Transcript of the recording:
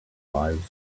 lives